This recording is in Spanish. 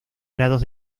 grados